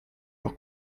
leur